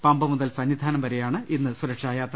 പമ്പ മുതൽ സന്നിധാനം വരെയാണ് ഇന്ന് സുരക്ഷായാത്ര